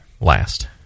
last